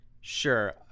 Sure